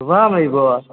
सुबहमे अयबौ